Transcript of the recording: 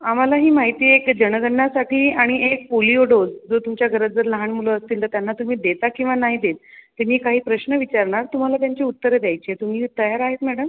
आम्हाला ही माहिती जनगणनासाठी आणि एक पोलियो डोस जो तुमच्या घरात जर लहान मुलं असतील तर त्यांना तुम्ही देता किंवा नाही देत मी काही प्रश्न विचारणार तुम्हाला त्यांची उत्तरं द्यायची आहेत तुम्ही तयार आहेत मॅडम